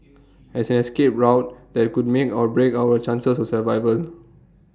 as escape route that could make or break our chances of survival